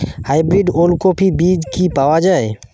Hybrid ওলকফি বীজ কি পাওয়া য়ায়?